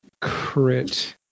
crit